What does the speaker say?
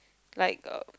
like a